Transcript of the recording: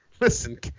listen